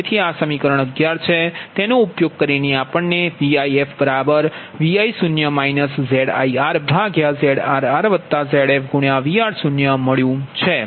તેથી આ સમીકરણ અગિયાર છે તેનો ઉપયોગ કરી ની આપણ નેVifVi0 ZirZrrZfVr0 મળ્યુ છે